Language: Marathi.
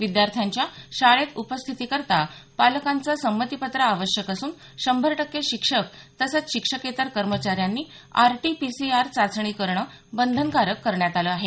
विद्यार्थ्यांच्या शाळेत उपस्थिती करता पालकांचं संमतीपत्र आवश्यक असून शंभर टक्के शिक्षक तसंच शिक्षकेतर कर्मचाऱ्यांनी आरटीपीसीआर चाचणी करणं बंधनकारक करण्यात आलं आहे